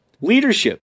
Leadership